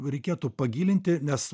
reikėtų pagilinti nes